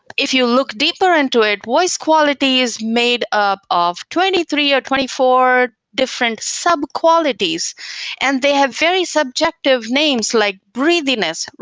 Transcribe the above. if you look deeper into it, voice quality is made up of twenty three or twenty four different sub-qualities and they have very subjective names, like breathiness,